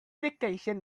dictation